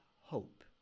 hope